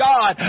God